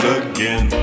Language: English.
again